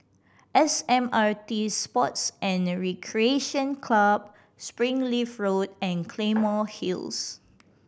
S M R T Sports And Recreation Club Springleaf Road and Claymore Hill